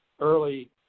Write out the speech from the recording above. early